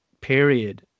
period